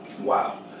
Wow